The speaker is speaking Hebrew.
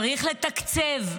צריך לתקצב.